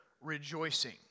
rejoicing